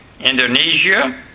Indonesia